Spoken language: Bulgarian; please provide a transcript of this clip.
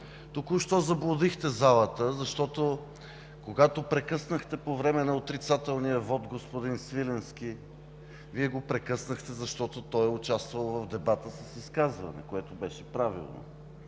Току-що заблудихте залата, защото, когато прекъснахте по време на отрицателния вот господин Свиленски, Вие го прекъснахте, защото той е участвал в дебата с изказване, което беше правилно.